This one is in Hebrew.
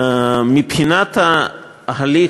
מבחינת ההליך,